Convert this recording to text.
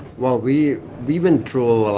well we we went through,